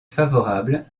favorable